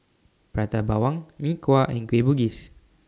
Prata Bawang Mee Kuah and Kueh Bugis